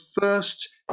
first